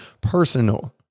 personal